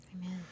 Amen